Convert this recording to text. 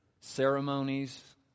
ceremonies